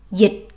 dịch